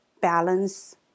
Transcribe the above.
balance